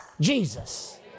Jesus